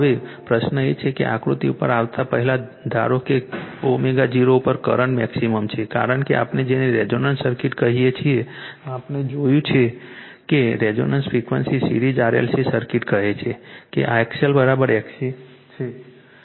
હવે પ્રશ્ન એ છે કે આ આકૃતિ ઉપર આવતા પહેલા ધારો કે ω0 ઉપર કરંટ મેક્સિમમ છે કારણ કે આપણે જેને રેઝોનન્સ સર્કિટ કહીએ છીએ આપણે જોયું કે resonant frequency series RLC circuit કહે છે કે XL XC છે